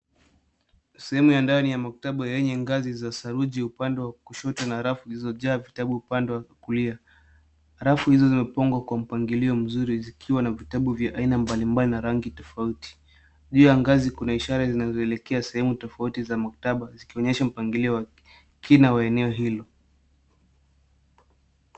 Sehemu ya ndani ya maktaba ina sakafu ya saruji, rafu zilizoko kushoto na rafu zilizoko kulia. Rafu hizi zimejaa vitabu vya aina mbalimbali na rangi tofauti kwa mpangilio mzuri. Zaidi ya hayo, kuna ishara na alama zinazoonyesha sehemu tofauti za maktaba.